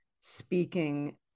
speaking